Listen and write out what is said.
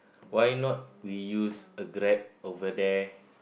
why not we use a Grab over there